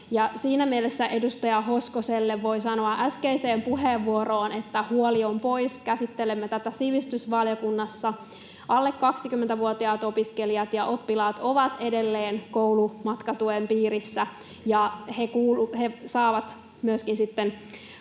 Siinä mielessä edustaja Hoskoselle voin sanoa äskeiseen puheenvuoroon liittyen, että huoli pois, käsittelemme tätä sivistysvaliokunnassa. Alle 20-vuotiaat opiskelijat ja oppilaat ovat edelleen koulumatkatuen piirissä, ja joko